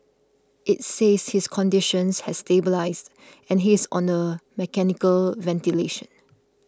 it says his condition has stabilised and he is on mechanical ventilation